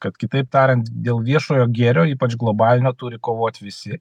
kad kitaip tariant dėl viešojo gėrio ypač globalinio turi kovot visi